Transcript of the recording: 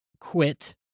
quit